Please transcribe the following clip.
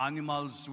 Animals